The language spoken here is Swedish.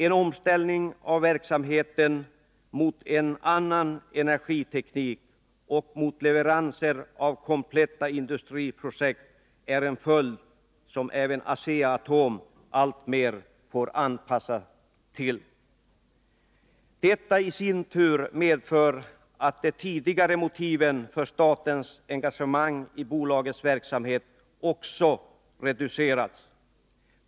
En omställning av verksamheten mot en annan energiteknik och mot leveranser av kompletta industriprojekt är en följd som även Asea-Atom alltmer får anpassa sig till. Detta i sin tur medför att de tidigare motiven för statens engagemang i bolagets verksamhet också reduceras.